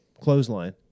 clothesline